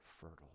fertile